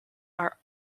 are